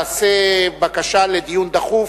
בקשה לדיון דחוף,